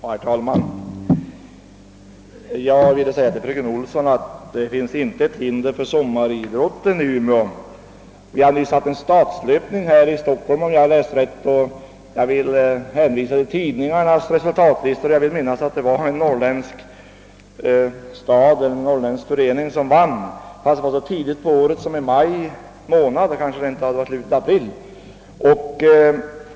Herr talman! Jag ville säga till fröken Olsson att det inte finns något hinder för att utöva sommaridrott i Umeå. Det har nyligen hållits en stadslöpning i Stockholm och det var då en norrländsk förening som vann, trots att tävlingen ägde rum så tidigt på året som i början av maj.